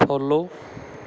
follow